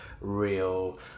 real